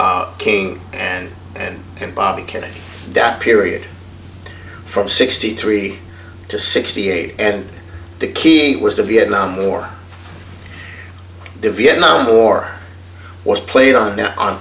king and and and bobby kennedy that period from sixty three to sixty eight and the key it was the vietnam war the vietnam war was played on